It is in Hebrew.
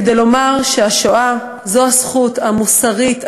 כדי לומר שהשואה זו הזכות המוסרית,